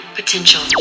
potential